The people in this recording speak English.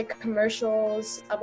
commercials